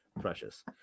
precious